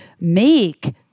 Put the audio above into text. make